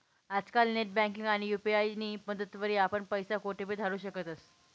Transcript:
आजकाल नेटबँकिंग आणि यु.पी.आय नी मदतवरी आपण पैसा कोठेबी धाडू शकतस